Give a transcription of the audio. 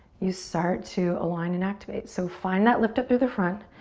you start to align and activate. so find that lift up through the front,